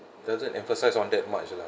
doesn't emphasize on that much lah